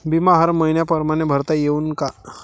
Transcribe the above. बिमा हर मइन्या परमाने भरता येऊन का?